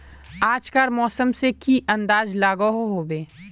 आज कार मौसम से की अंदाज लागोहो होबे?